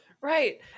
Right